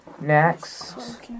next